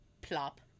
plop